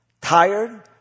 tired